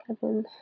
Kevin